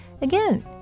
Again